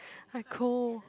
I cold